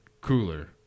cooler